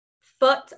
foot